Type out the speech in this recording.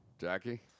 Jackie